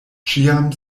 ĉiam